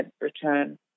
return